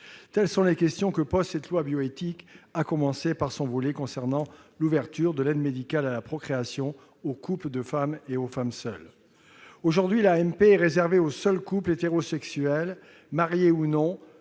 Telles sont les questions que soulève ce projet de loi relatif à la bioéthique, à commencer par son volet concernant l'ouverture de l'aide médicale à la procréation aux couples de femmes et aux femmes seules. Aujourd'hui, l'AMP est réservée aux seuls couples hétérosexuels, mariés ou non,